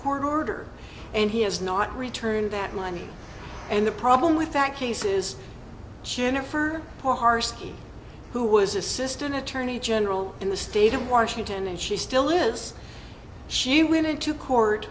court order and he has not returned that money and the problem with back cases jennifer hartstein who was assistant attorney general in the state of washington and she still is she went into court